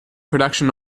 production